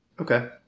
Okay